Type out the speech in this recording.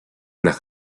nach